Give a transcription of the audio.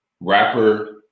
rapper